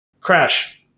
crash